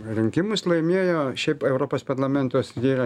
rinkimus laimėjo šiaip europos parlamentuos yra